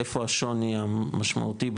איפה השוני המשמעותי,